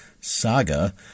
Saga